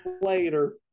Later